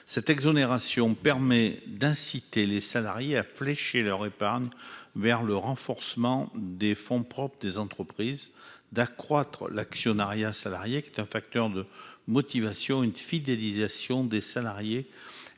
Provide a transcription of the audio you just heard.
Cette exonération permet d'inciter les salariés à flécher leur épargne vers le renforcement des fonds propres des entreprises, d'accroître l'actionnariat salarié, qui est un facteur de motivation et de fidélisation des intéressés,